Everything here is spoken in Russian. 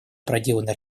проделанной